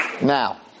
Now